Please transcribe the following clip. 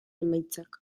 emaitzak